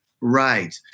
Right